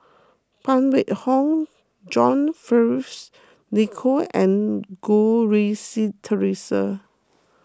Phan Wait Hong John Fearns Nicoll and Goh Rui Si theresa